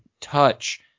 touch